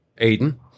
Aiden